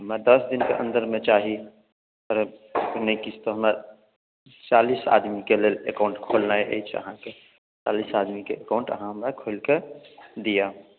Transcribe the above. हमरा दस दिनक अन्दरमे चाही नहि किछु तऽ हमरा चालीस आदमीके लेल एकाउंट खोलनाइ अछि अहाँके चालीस आदमीके एकाउंट अहाँ हमरा खोलि कऽ दिअ